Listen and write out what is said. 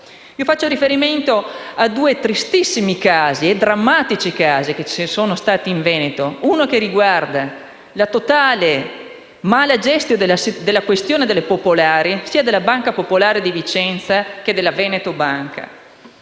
Faccio riferimento a due tristissimi e drammatici casi verificatisi in Veneto. Uno riguarda la totale *mala gestio* della questione delle banche popolari, sia della Banca popolare di Vicenza che della Veneto Banca.